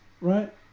right